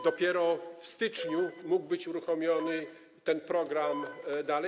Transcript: Dopiero w styczniu mógł być uruchomiony ten program znowu.